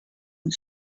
une